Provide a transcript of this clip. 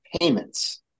payments